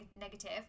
negative